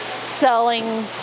selling